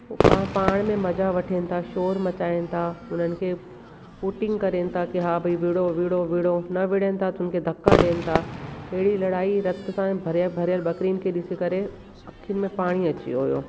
पाण में मज़ा वठनि था छा शोरु मचाइनि था उन्हनि खे हूटिंग कनि था की हा भई विड़ो विड़ो विड़ो न विड़ेनि था हुन खे त धका ॾियनि था अहिड़ी लड़ाई रक्त सां भरियलु भरियलु बकरिन खे ॾिसी करे अख़ियुनि में पाणी अची वियो हुओ